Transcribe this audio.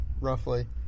roughly